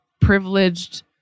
Privileged